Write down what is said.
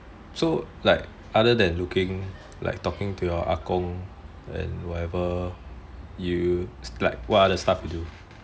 so like other than looking like talking to your ah gong and whatever you like what other stuff you do